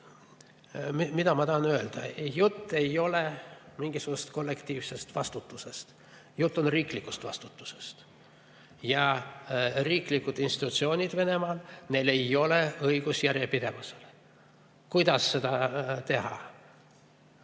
Mida ma tahan öelda? Jutt ei ole mingisugusest kollektiivsest vastutusest, jutt on riiklikust vastutusest. Ja riiklikel institutsioonidel Venemaal ei ole õigust järjepidevusele. Kuidas seda teha?